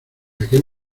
aquel